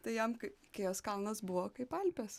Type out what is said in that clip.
tai jam ikėjos kalnas buvo kaip alpės